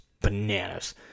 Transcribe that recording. bananas